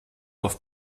oft